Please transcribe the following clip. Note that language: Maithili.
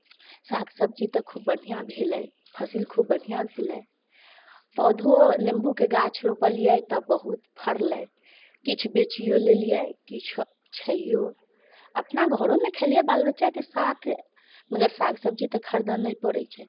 साग सब्जी तऽ खूब बढ़िआँ भेलै फसिल खूब बढ़िआँ भेलै पौधो नींबूके गाछ रोपलियै तऽ बहुत फरलै किछु बेचियो लेलियै किछु छैहो अपना घरोमे खेलियै बाल बच्चाके साथ मगर साग सब्जी तऽ खरिदय नहि पड़ैत छै